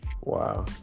Wow